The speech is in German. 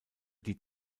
die